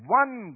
one